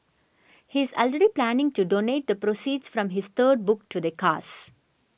he is already planning to donate the proceeds from his third book to the cause